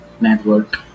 Network